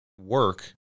work